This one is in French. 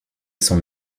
son